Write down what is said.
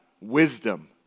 wisdom